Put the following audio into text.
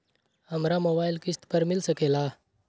हमरा मोबाइल किस्त पर मिल सकेला?